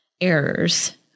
errors